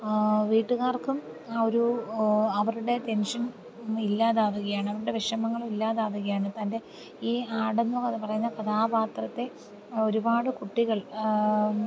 വീട്ടുകാർക്കും ആ ഒരു അവരുടെ ടെൻഷൻ ഇല്ലാതാവുകയാണ് അവരുടെ വിഷമങ്ങൾ ഇല്ലാതാവുകയാണ് തൻ്റെ ഈ ആടെന്ന് പറയുന്ന കഥാപാത്രത്തെ ഒരുപാട് കുട്ടികൾ